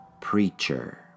Preacher